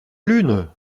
lune